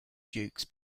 dukes